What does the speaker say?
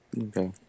Okay